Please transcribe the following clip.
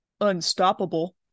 Unstoppable